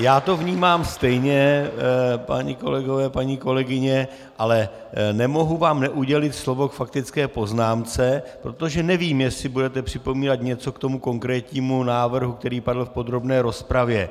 Já to vnímám stejně, páni kolegové, paní kolegyně, ale nemohu vám neudělit slovo k faktické poznámce, protože nevím, jestli budete připomínat něco ke konkrétnímu návrhu, který padl v podrobné rozpravě.